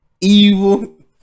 evil